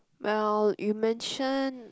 well you mention